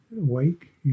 awake